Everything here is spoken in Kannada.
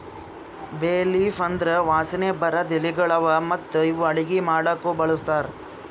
ಬೇ ಲೀಫ್ ಅಂದುರ್ ವಾಸನೆ ಬರದ್ ಎಲಿಗೊಳ್ ಅವಾ ಮತ್ತ ಇವು ಅಡುಗಿ ಮಾಡಾಕು ಬಳಸ್ತಾರ್